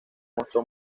mostró